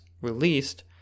released